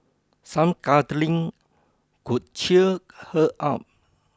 some cuddling could cheer her up